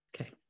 Okay